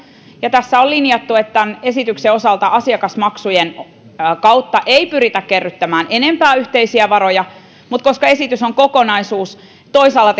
ja tässä on linjattu että esityksen osalta asiakasmaksujen kautta ei pyritä kerryttämään enempää yhteisiä varoja mutta koska esitys on kokonaisuus toisaalla